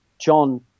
John